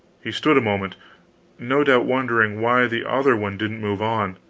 he stood a moment no doubt wondering why the other one didn't move on